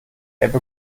ebbe